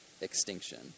extinction